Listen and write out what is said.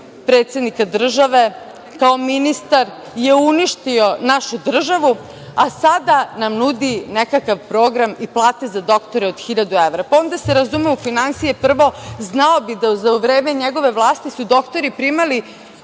predsednika države, kao ministar je uništio našu državu, a sada nam nudi nekakav program i plate za doktore od hiljadu evra. On da se razume u finansije, prvo, znao bi da za u vreme njegove vlasti su doktori primali